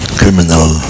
criminal